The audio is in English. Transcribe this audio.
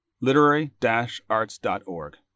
literary-arts.org